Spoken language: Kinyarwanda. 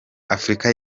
afurika